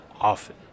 often